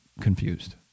confused